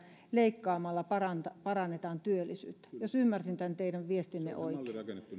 leikkaamalla parannetaan parannetaan työllisyyttä jos ymmärsin tämän teidän viestinne oikein